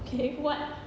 okay what